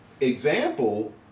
example